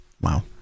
Wow